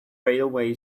railway